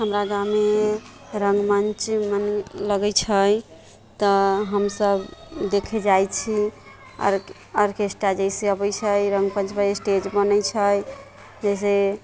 हमरा गाममे रङ्गमञ्च मने लगैत छै तऽ हमसभ देखे जाइत छी आर आरकेस्टा जइसे अबैत छै रङ्गमञ्च पर स्टेज बनैत छै जइसे